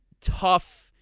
tough